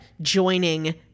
joining